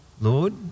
Lord